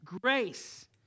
Grace